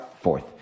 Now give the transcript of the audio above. Fourth